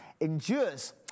Endures